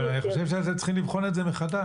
אבל אני חושב שאתם צריכים לבחון את זה מחדש.